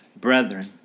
brethren